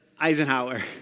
Eisenhower